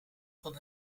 van